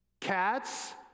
Cats